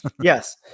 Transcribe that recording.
Yes